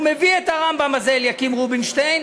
הוא מביא את הרמב"ם הזה, אליקים רובינשטיין,